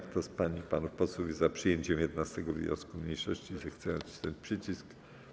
Kto z pań i panów posłów jest za przyjęciem 11. wniosku mniejszości, zechce nacisnąć przycisk.